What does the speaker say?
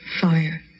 fire